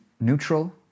neutral